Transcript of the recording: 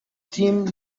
تیم